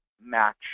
match